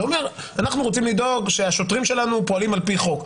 זה אומר שאנחנו רוצים לדאוג שהשוטרים שלנו פועלים על פי חוק.